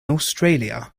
australia